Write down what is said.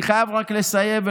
אני חייב רק לסיים.